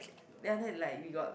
ya that like we got